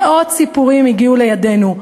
מאות סיפורים הגיעו לידינו.